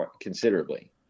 considerably